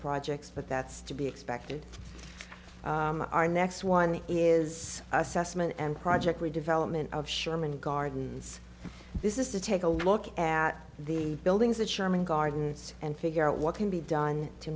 projects but that's to be expected our next one is assessment and project we development of sherman gardens this is to take a look at the buildings that sherman gardens and figure out what can be done to